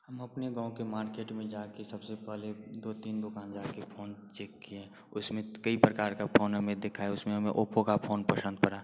हम अपने गाँव के मार्केट में जाकर सबसे पहले दो तीन दुकान जाकर फ़ोन चेक किए उसमें कई प्रकार का फ़ोन हमें दिखाए उसमें हमें ओप्पो का फ़ोन पसंद पड़ा